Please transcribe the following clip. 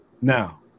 Now